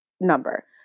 number